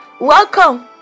Welcome